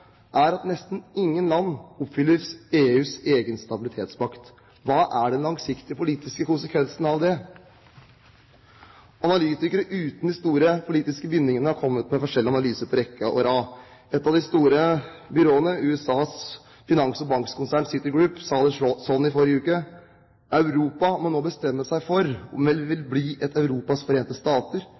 er at nesten ingen land oppfyller EUs egen stabilitetspakt. Hva er den langsiktige politiske konsekvensen av det? Analytikere uten de store politiske bindingene har kommet med forskjellige analyser på rekke og rad. Et av de store byråene, USAs finans- og bankkonsern Citigroup, sa det sånn i forrige uke: Europa må nå bestemme seg for om en vil bli et Europas Forente Stater